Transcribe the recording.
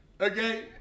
okay